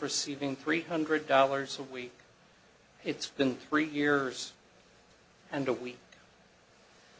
receiving three hundred dollars a week it's been three years and a week